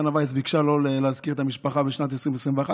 דנה ויס ביקשה לא להזכיר את המשפחה בשנת 2021,